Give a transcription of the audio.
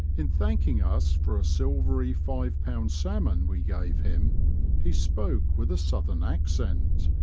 in thanking us for a silvery five-pound salmon we gave him he spoke with a southern accent,